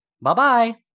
Bye-bye